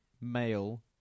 male